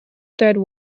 third